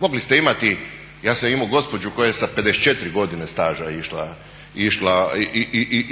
Mogli ste imati, ja sam imao gospođu koja je sa 54 godine staža